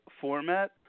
format